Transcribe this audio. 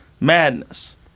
madness